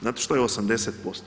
Znate što je 80%